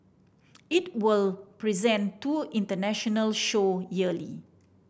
it will present two international show yearly